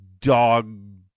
dog